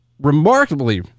remarkably